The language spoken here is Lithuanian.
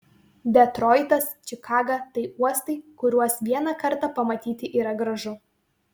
detroitas čikaga tai uostai kuriuos vieną kartą pamatyti yra gražu